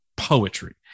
poetry